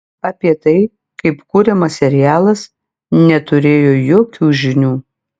apie tai kaip kuriamas serialas neturėjo jokių žinių